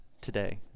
today